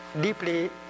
deeply